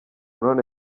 none